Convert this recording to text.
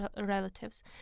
relatives